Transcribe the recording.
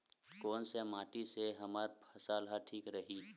कोन से माटी से हमर फसल ह ठीक रही?